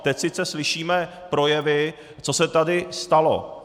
Teď sice slyšíme projevy, co se tady stalo.